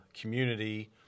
community